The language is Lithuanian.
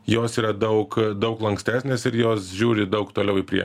jos yra daug daug lankstesnės ir jos žiūri daug toliau į prie